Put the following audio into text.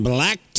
Black